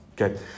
Okay